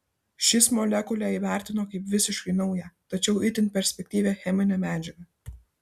šis molekulę įvertino kaip visiškai naują tačiau itin perspektyvią cheminę medžiagą